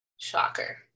Shocker